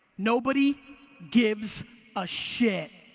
nobody gives a shit.